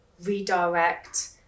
redirect